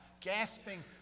gasping